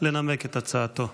לנמק את הצעתו.